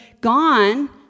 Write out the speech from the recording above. gone